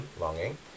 longing